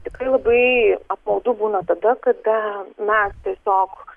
tikrai labai apmaudu būna tada kada na tiesiog